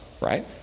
right